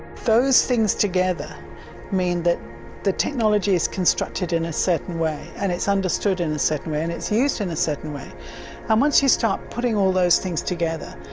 those things together mean that the technology is constructed in a certain way, and it's understood in a certain way, and it's used in a certain way. and once you start putting all those things together,